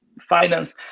finance